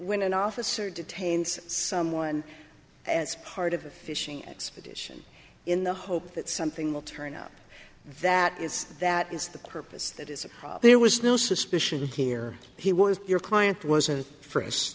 when an officer detains someone as part of a fishing expedition in the hope that something will turn up that is that is the purpose that is if there was no suspicion here he was your client wasn't f